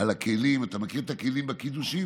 על הכלים, אתה מכיר את הכלים הקידושים?